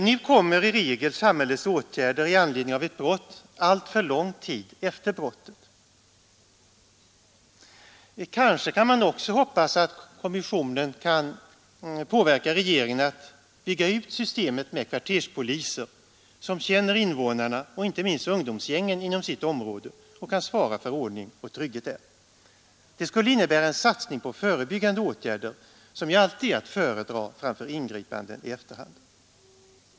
Nu kommer i regel samhällets åtgärder i anledning av ett brott alltför lång tid efter brottet. Kanske kan man också hoppas att kommissionen kan påverka regeringen att bygga ut ett system med kvarterspoliser, som känner invånarna och inte minst ungdomsgängen inom sitt område och kan svara för ordning och trygghet där. Det skulle innebära en satsning på förebyggande åtgärder, som ju alltid är att föredra framför ingripanden i efterhand.